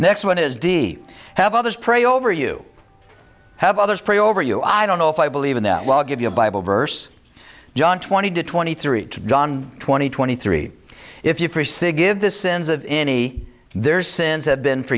next one is d have others pray over you have others pray over you i don't know if i believe in that well i'll give you a bible verse john twenty to twenty three to john twenty twenty three if you forsee give the sins of any their sins have been